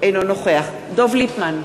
אינו נוכח דב ליפמן,